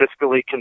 fiscally